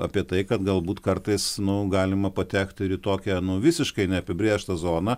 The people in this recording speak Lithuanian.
apie tai kad galbūt kartais nu galima patekti ir į tokią nu visiškai neapibrėžtą zoną